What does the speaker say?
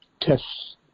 tests